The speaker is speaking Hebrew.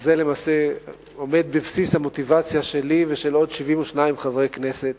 וזה למעשה עומד בבסיס המוטיבציה שלי ושל עוד 72 חברי כנסת